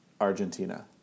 Argentina